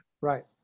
Right